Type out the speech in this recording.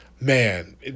man